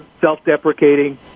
self-deprecating